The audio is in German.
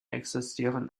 existieren